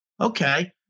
Okay